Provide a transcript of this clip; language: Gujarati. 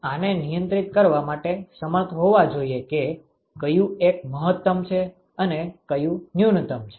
તેથી તમે આને નિયંત્રિત કરવા માટે સમર્થ હોવા જોઈએ કે કયું એક મહત્તમ છે અને કયું ન્યુનતમ છે